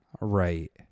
right